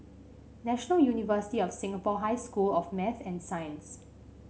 National University of Singapore High School of Math and Science